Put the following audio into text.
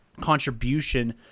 contribution